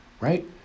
right